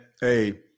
hey